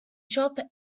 shop